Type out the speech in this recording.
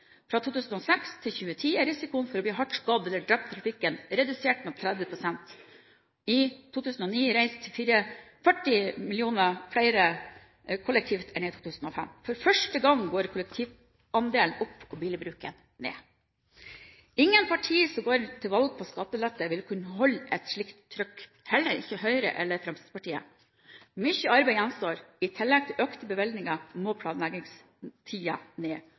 Fra 2006 til 2010 er risikoen for å bli hardt skadd eller drept i trafikken redusert med 30 pst. I 2009 reiste 40 millioner flere kollektivt enn i 2005. For første gang går kollektivandelen opp og bilbruken ned. Ingen partier som går til valg på skattelette, vil kunne holde oppe et slikt trykk – heller ikke Høyre eller Fremskrittspartiet. Mye arbeid gjenstår. I tillegg til økte bevilgninger må planleggingstiden ned.